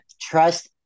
trust